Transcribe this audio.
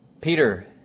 Peter